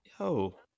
Yo